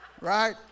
Right